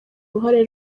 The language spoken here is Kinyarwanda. ruhare